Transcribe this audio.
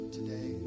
Today